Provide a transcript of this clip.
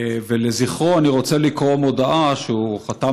לזכרו אני רוצה לקרוא מודעה שהוא חתם